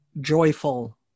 joyful